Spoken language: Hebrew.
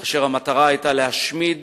כאשר המטרה היתה להשמיד